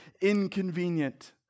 inconvenient